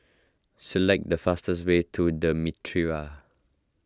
select the fastest way to the Mitraa